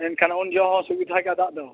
ᱮᱱᱠᱷᱟᱱ ᱩᱱ ᱡᱚᱦᱚᱜ ᱥᱩᱵᱤᱫᱷᱟ ᱜᱮᱭᱟ ᱫᱟᱜ ᱫᱚ